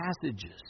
passages